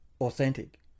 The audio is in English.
authentic